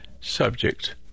subject